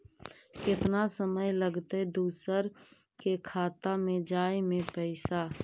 केतना समय लगतैय दुसर के खाता में जाय में पैसा?